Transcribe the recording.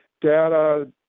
data